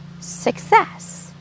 success